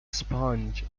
sponge